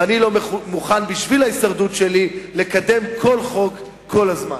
ואני לא מוכן בשביל ההישרדות שלי לקדם כל חוק כל הזמן.